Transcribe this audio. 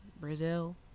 brazil